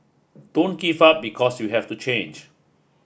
don't give up because you have to change